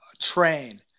Train